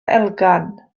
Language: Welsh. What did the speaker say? elgan